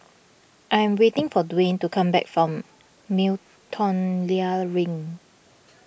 I am waiting for Dewayne to come back from Miltonia Link